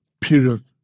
period